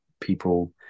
people